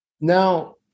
Now